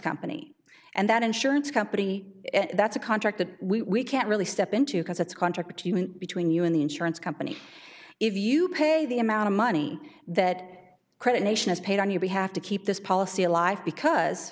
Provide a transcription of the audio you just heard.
company and that insurance company that's a contract that we can't really step into because it's contracted to you and between you and the insurance company if you pay the amount of money that credit nation is paid on you we have to keep this policy alive because